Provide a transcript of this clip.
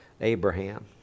Abraham